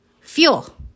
Fuel